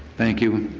thank you.